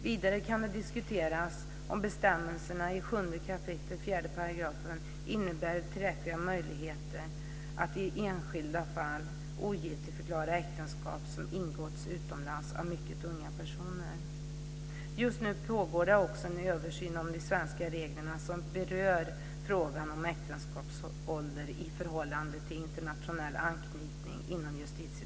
Vidare kan det diskuteras om bestämmelserna i 7 kap. 4 § innebär tillräckliga möjligheter att i enskilda fall ogiltigförklara äktenskap som ingåtts utomlands av mycket unga personer. Just nu pågår det inom Justitiedepartementet en översyn av de svenska reglerna som berör frågan om äktenskapsålder i förhållande till internationell anknytning.